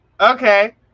Okay